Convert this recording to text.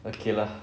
okay lah